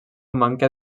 manca